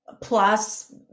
plus